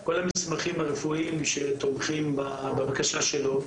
כל המסמכים הרפואיים שתומכים בבקשה שלו.